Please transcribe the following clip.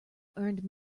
earned